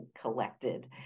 collected